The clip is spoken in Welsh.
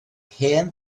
hen